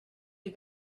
you